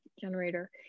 generator